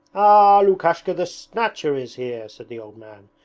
ah! lukashka the snatcher is here said the old man,